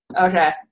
Okay